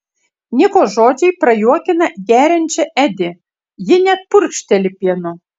niko žodžiai prajuokina geriančią edi ji net purkšteli pienu